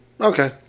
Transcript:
Okay